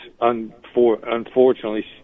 unfortunately